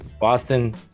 Boston